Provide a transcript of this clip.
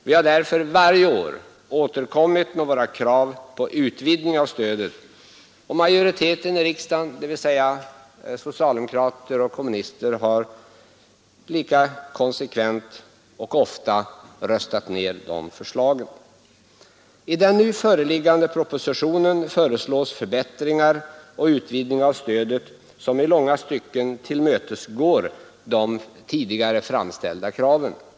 Vi har därför varje år återkommit med våra krav på utvidgning av stödet, och majoriteten i riksdagen — dvs. socialdemokrater och kommunister — har lika konsekvent och ofta röstat ner dem. I den nu föreliggande propositionen föreslås förbättringar och utvidgning av stödet, som i långa stycken tillmötesgår de tidigare framställda kraven.